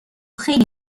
خیلی